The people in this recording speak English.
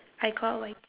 I got like